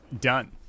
done